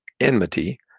enmity